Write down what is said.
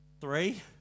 Three